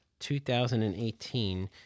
2018